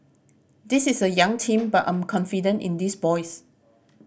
this is a young team but I'm confident in these boys